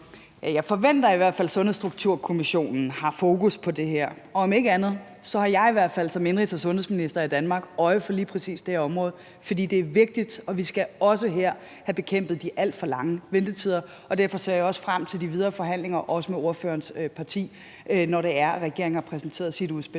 Jeg forventer i hvert fald, at Sundhedsstrukturkommissionen har fokus på det her. Om ikke andet har jeg i hvert fald som indenrigs- og sundhedsminister i Danmark øje for lige præcis det område, for det er vigtigt, og vi skal også her have bekæmpet de alt for lange ventetider. Derfor ser jeg også frem til de videre forhandlinger, også med ordførerens parti, når regeringen har præsenteret sit udspil